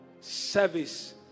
service